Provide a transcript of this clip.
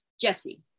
Jesse